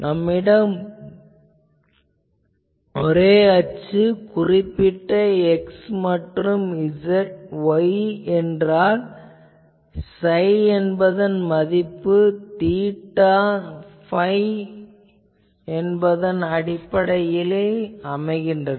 நம்மிடம் அரே அச்சு குறிப்பிட்ட x மற்றும் y என்றால் psi என்பதன் மதிப்பு தீட்டா phi என்பதன் அடிப்படையில் என்ன